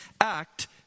act